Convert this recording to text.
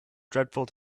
dreadful